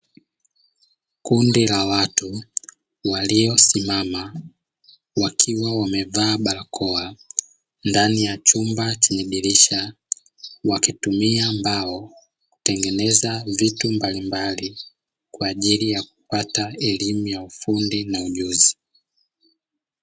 Kundi la watu waliosimama wakiwa wamevaa barakoa ndani ya chumba chenye dirisha, wakitumia mbao kutengeneza vitu mbalimbali kwa ajili ya kupata elimu ya ufundi na ujuzi.